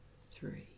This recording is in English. three